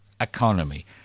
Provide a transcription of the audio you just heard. economy